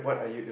yeah